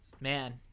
man